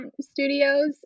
Studios